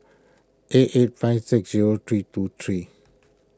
eight eight five six zero three two three